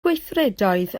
gweithredoedd